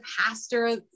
pastor